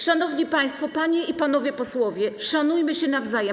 Szanowni państwo, panie i panowie posłowie, szanujmy się nawzajem.